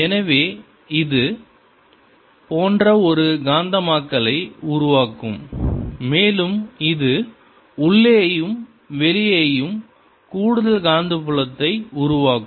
எனவே இது இது போன்ற ஒரு காந்தமயமாக்கலை உருவாக்கும் மேலும் இது உள்ளேயும் வெளியேயும் கூடுதல் காந்தப்புலத்தை உருவாக்கும்